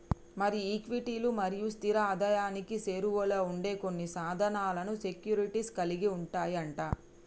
మరి ఈక్విటీలు మరియు స్థిర ఆదాయానికి సేరువలో ఉండే కొన్ని సాధనాలను సెక్యూరిటీస్ కలిగి ఉంటాయి అంట